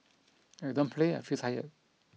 if I don't play I feel tired